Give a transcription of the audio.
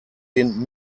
den